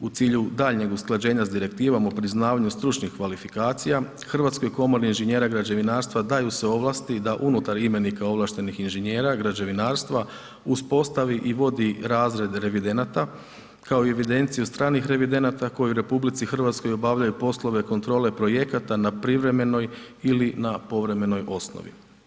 U cilju daljnjem usklađenja sa direktivom o priznavanju stručnih kvalifikacija, Hrvatskoj komori inženjera građevinarstva daju se ovlasti da unutar imenika ovlaštenih inženjera građevinarstva uspostavi i vodi razrede revidenata kao i evidenciju stranih revidenata koji u RH obavljaju poslove kontrole projekata na privremenoj ili na povremenoj osnovi.